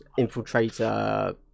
infiltrator